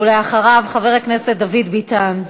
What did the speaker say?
ואחריו, חבר הכנסת דוד ביטן.